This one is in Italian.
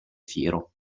fiero